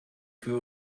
für